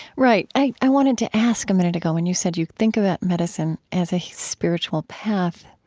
right. i i wanted to ask a minute ago when you said you think about medicine as a spiritual path,